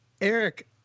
Eric